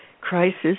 crisis